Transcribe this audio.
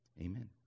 amen